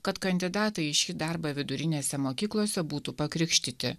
kad kandidatai į šį darbą vidurinėse mokyklose būtų pakrikštyti